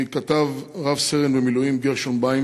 כתב רב-סרן במילואים גרשון ביים